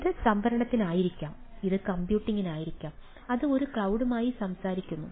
ഇത് സംഭരണത്തിനായിരിക്കാം ഇത് കമ്പ്യൂട്ടിംഗിനായിരിക്കാം അത് ഒരു ക്ലൌഡുമായി സംസാരിക്കുന്നു